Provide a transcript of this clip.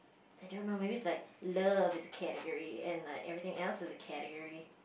I don't know maybe it's like love is a category and like everything else is a category